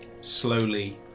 slowly